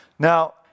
Now